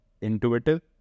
intuitive